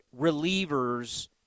relievers